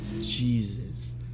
Jesus